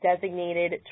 designated